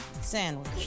sandwich